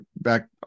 back